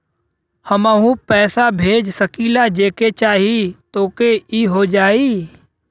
हमहू पैसा भेज सकीला जेके चाही तोके ई हो जाई?